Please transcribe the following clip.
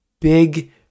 Big